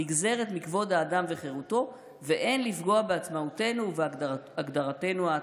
נגזרת מכבוד האדם וחירותו ואין לפגוע בעצמאותנו ובהגדרתנו העצמית.